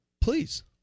Please